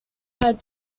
have